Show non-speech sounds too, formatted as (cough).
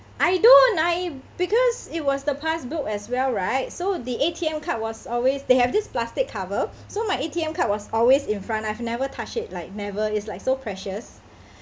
I don't I because it was the passbook as well right so the A_T_M card was always they have this plastic cover so my A_T_M card was always in front I've never touch it like never it's like so precious (breath)